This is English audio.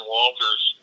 Walters